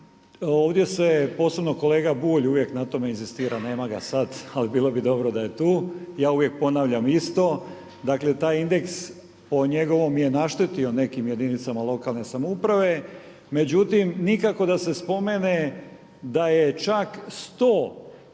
Ovdje se posebno kolega Bulj uvijek na tom inzistira, nema ga sada, ali bilo bi dobro da je tu, ja uvijek ponavljam isto. Dakle taj indeks o njegovom je naštetio nekim jedinicama lokalne samouprave. Međutim, nikako da se spomene da je čak 100